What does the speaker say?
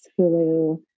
Hulu